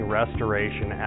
restoration